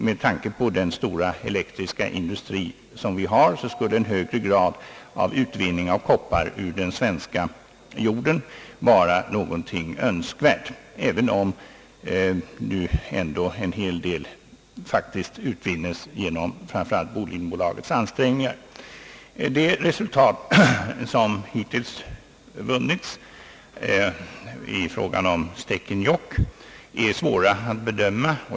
Med tanke på den stora elektriska industri vi har skulle en högre grad av kopparutvinning ur den svenska jorden vara någonting önskvärt, även om nu faktiskt en hel del koppar utvinnes tack vare framför allt Bolidenbolagets ansträngningar. De resultat som hittills vunnits i fråga om Stekenjokk är svåra att bedöma.